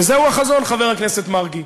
וזהו החזון, חבר הכנסת מרגי,